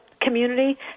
Community